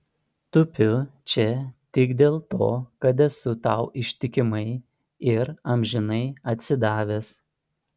tupiu čia tik dėl to kad esu tau ištikimai ir amžinai atsidavęs